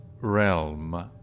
realm